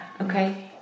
Okay